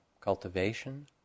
cultivation